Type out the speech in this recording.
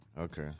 Okay